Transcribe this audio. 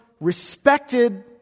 respected